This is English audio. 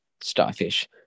starfish